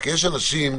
הכי גרוע זה להשתמט.